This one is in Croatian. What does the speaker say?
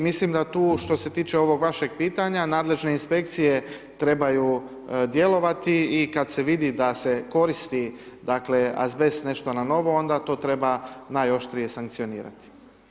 Mislim da tu što se tiče ovog vašeg pitanja nadležne inspekcije trebaju djelovati i kad se vidi da se koristi azbest nešto na novo onda to treba najoštrije sankcionirati.